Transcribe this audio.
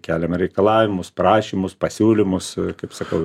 keliame reikalavimus prašymus pasiūlymus kaip sakau